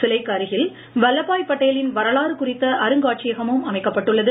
சிலைக்கு அருகில் வல்லபபாய் பட்டேலின் வரலாறு குறித்த அருங்காட்சியகமும் அமைக்கப்பட்டுள்ளது